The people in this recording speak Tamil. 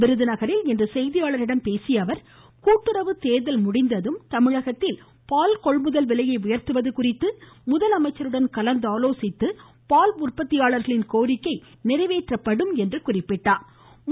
விருதுநகரில் செய்தியாளர்களிடம் பேசிய அவர் கூட்டுறவு தேர்தல் முடிந்ததும் பால் கொள்முதல் விலையை உயர்த்துவது குறித்து முதலமைச்சருடன் ஆலோசிக்கப்பட்டு பால் உற்பத்தியாளர்களின் கோரிக்கை நிறைவேற்றப்படும் என்றார்